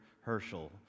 Herschel